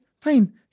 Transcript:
fine